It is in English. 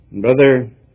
Brother